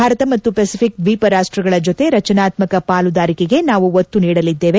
ಭಾರತ ಮತ್ತು ಪೆಸಿಫಿಕ್ ದ್ವೀಪ ರಾಷ್ಟ್ರಗಳ ಜತೆ ರಚನಾತ್ಮಕ ಪಾಲುದಾರಿಕೆ ನಾವು ಒತ್ತು ನೀಡಲಿದ್ದೇವೆ